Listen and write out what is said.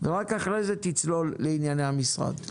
ורק אחרי זה תצלול לענייני המשרד.